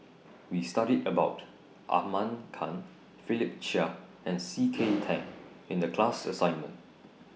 We studied about Ahmad Khan Philip Chia and C K Tang in The class assignment